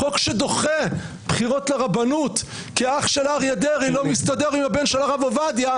חוק שדוחה בחירות לרבנות כי אח של אריה דרעי לא מסתדר עם הרב עובדיה?